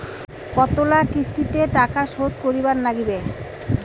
কতোলা কিস্তিতে টাকা শোধ করিবার নাগীবে?